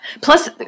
Plus